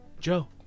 Joe